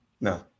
No